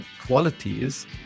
qualities